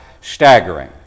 staggering